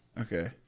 Okay